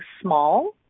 small